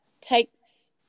takes